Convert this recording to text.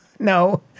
No